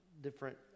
different